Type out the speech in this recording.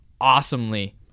awesomely